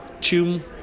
tomb